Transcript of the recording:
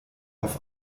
auf